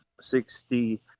sixty